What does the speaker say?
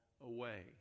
away